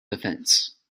defense